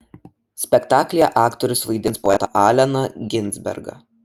spektaklyje aktorius vaidins poetą alleną ginsbergą